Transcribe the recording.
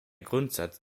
grundsatz